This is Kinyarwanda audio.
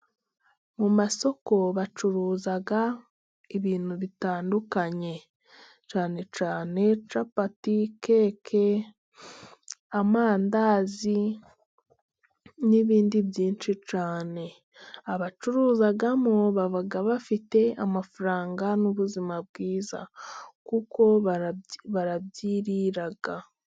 Mu masoko bacuruza ibintu bitandukanye, cyane cyane capati, keke, amandazi n'ibindi byinshi cyane. Abacuruzamo baba bafite amafaranga n'ubuzima bwiza kuko barabyirira.